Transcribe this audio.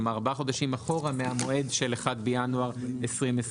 כלומר ארבעה חודשים אחורה מהמועד של 1 בינואר 2025,